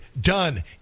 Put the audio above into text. Done